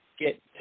get